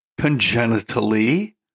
congenitally